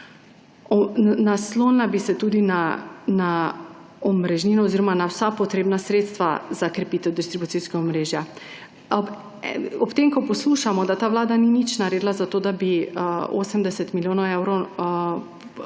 Naslonila bi se tudi na omrežnino oziroma na vsa potrebna sredstva za krepitev distribucijskega omrežja. Ob tem, ko poslušamo, da ta vlada ni nič naredila za to, da bi 80 milijonov evrov